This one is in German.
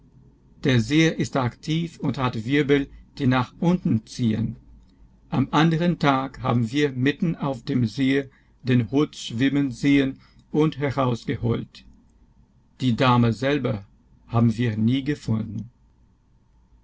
der see ist arg tief und hat wirbel die nach unten ziehen am anderen tag haben wir mitten auf dem see den hut schwimmen sehen und herausgeholt die dame selber haben wir nie gefunden